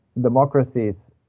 democracies